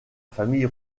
famille